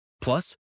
Plus